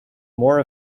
more